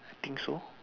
i think so